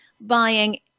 buying